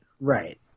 right